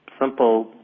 simple